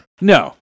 No